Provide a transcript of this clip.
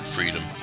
Freedom